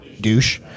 douche